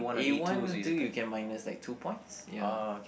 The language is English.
A one or two you can minus like two points ya